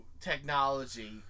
technology